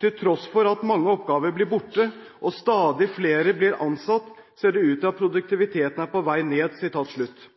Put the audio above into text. «Til tross for at mange oppgaver er borte og stadig flere blir ansatt, ser det ut til at